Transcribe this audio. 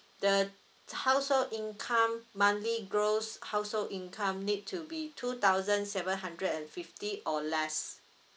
the household income monthly gross household income need to be two thousand seven hundred and fifty or less